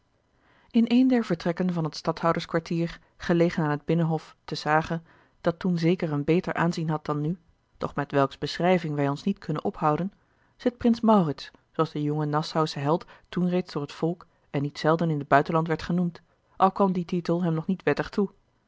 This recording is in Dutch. in een der vertrekken van het stadhouderskwartier gelegen aan het binnenhof te s hage dat toen zeker een beter aanzien had dan nu doch met welks beschrijving wij ons niet kunnen ophouden zit prins maurits zooals de jonge nassausche held toen reeds door t volk en niet zelden in t buitenland werd genoemd al kwam die titel hem nog niet wettig toe